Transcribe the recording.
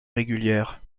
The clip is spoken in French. régulière